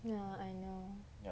ya I know